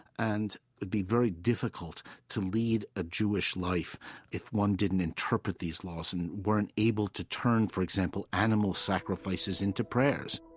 and it would be very difficult to lead a jewish life if one didn't interpret these laws and weren't able to turn, for example, animal sacrifices into prayers